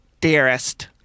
Dearest